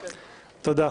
תודה.